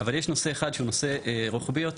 אבל יש נושא אחד שהוא נושא רוחבי יותר